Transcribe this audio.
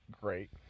great